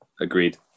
Agreed